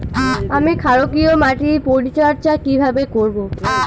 আমি ক্ষারকীয় মাটির পরিচর্যা কিভাবে করব?